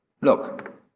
Look